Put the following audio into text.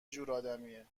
جورآدمیه